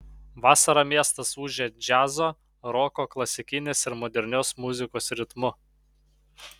vasarą miestas ūžia džiazo roko klasikinės ir modernios muzikos ritmu